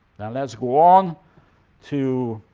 let's go on to